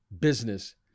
business